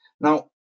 Now